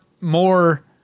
more